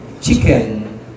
chicken